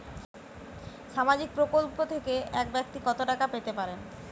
সামাজিক প্রকল্প থেকে এক ব্যাক্তি কত টাকা পেতে পারেন?